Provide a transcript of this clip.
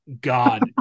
god